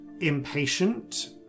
Impatient